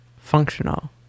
functional